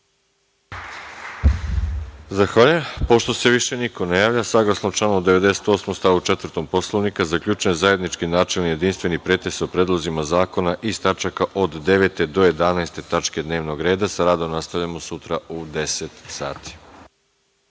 Zahvaljujem. Pošto se više niko ne javlja, saglasno članu 98. stavu 4. Poslovnika, zaključujem zajednički načelni jedinstveni pretres o predlozima zakona iz tačka od 9. do 11. tačke dnevnog reda. Sa radom nastavljamo sutra u 10.00 sati.